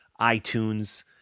iTunes